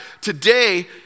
today